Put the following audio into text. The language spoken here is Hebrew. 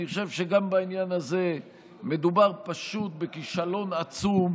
אני חושב שגם בעניין הזה מדובר פשוט בכישלון עצום,